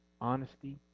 honesty